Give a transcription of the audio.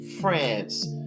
France